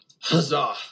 Huzzah